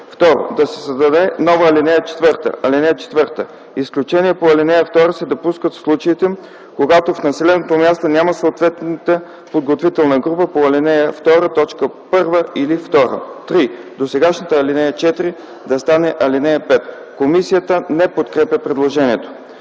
2. Да се създаде нова ал. 4: „(4) Изключения по ал. 2 се допускат в случаите, когато в населеното място няма съответната подготвителна група по ал. 2, т. 1 или 2.” 3. Досегашната ал. 4 да стане ал. 5. Комисията не подкрепя предложението.